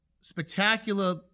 spectacular